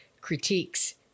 critiques